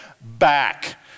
back